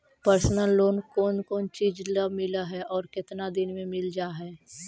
Personal loan कोन कोन चिज ल मिल है और केतना दिन में मिल जा है?